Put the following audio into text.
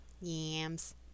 yams